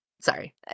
Sorry